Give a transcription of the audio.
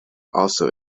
also